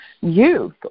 youth